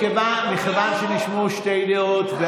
מכיוון שנשמעו שתי דעות,